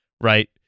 Right